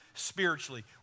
spiritually